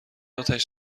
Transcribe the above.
آتش